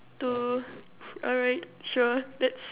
to alright sure let's